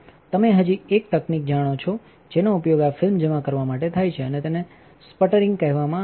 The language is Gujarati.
તમે હજી એક તકનીકી જાણો છો જેનો ઉપયોગ આ ફિલ્મ જમા કરવા માટે થાય છે અને તેને સ્પટરિંગ કહેવામાં આવે છે